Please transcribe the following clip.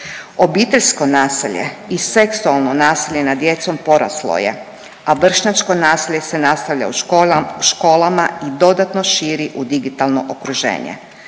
Obiteljsko nasilje i seksualno nasilje nad djecom poraslo je, a vršnjačko nasilje se nastavlja u školama i dodatno širi u digitalno okruženje.